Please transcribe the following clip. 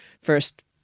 first